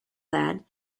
ladd